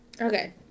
Okay